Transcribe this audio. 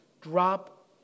drop